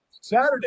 saturday